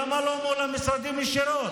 למה לא מול המשרדים ישירות?